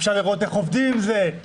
אפשר לראות איך עובדים עם זה,